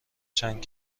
چند